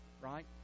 right